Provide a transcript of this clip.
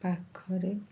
ପାଖରେ